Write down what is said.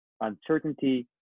uncertainty